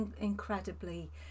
incredibly